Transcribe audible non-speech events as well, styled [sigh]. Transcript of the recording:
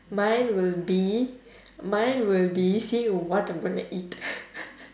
mine will be mine will be see what I'm gonna eat [laughs]